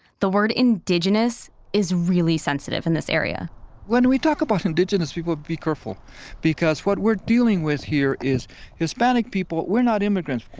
the word indigenous is really sensitive in this area when we talk about indigenous people be careful because what we're dealing with here is hispanic people, we're not immigrants.